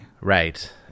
Right